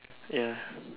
ya